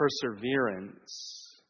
perseverance